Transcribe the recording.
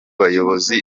bayobozi